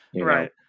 Right